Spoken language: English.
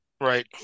Right